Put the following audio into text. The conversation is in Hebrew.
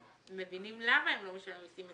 מבינים למה הם לא משלמים מיסים.